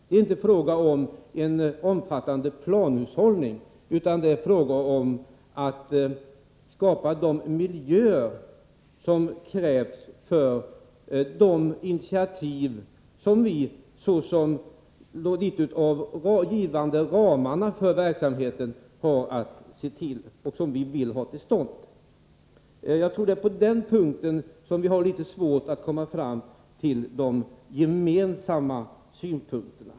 Det är inte fråga om en omfattande planhushållning, utan det är fråga om att skapa de miljöer som krävs för de initiativ som vi, som ger ramarna för verksamheten, vill få till stånd. Jag tror att det är på denna punkt som vi har litet svårt att komma fram till de gemensamma synpunkterna.